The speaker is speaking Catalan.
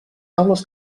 taules